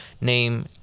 name